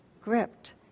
gripped